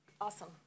Awesome